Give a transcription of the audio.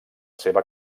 seva